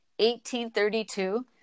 1832